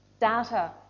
data